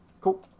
Cool